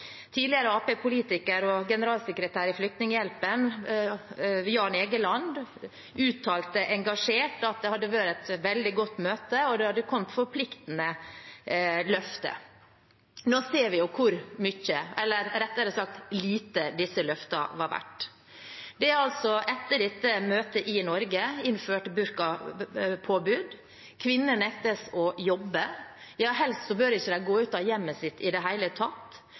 generalsekretær i Flyktninghjelpen, Jan Egeland, uttalte engasjert at det hadde vært et veldig godt møte, og at det hadde kommet forpliktende løfter. Nå ser vi hvor mye – eller rettere sagt lite – disse løftene var verdt. Etter dette møtet i Norge er det altså innført burkapåbud. Kvinner nektes å jobbe, og helst bør de ikke gå ut av hjemmet sitt i det hele tatt.